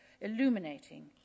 illuminating